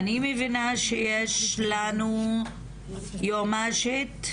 אני מבינה שיש לנו בזום יועמשי"ת,